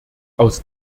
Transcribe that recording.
aus